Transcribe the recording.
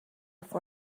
for